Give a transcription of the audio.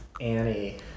Annie